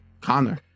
Connor